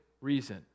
reason